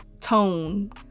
tone